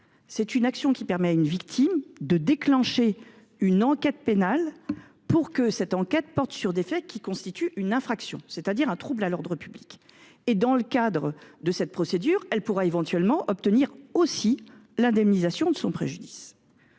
c’est l’action qui permet à une victime de déclencher une enquête pénale, portant sur des faits constitutifs d’une infraction, c’est à dire d’un trouble à l’ordre public. Dans le cadre de cette procédure, elle pourra éventuellement obtenir aussi l’indemnisation de son préjudice.